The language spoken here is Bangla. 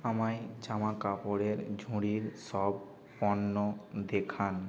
আমায় জামাকাপড়ের ঝুড়ির সব পণ্য দেখান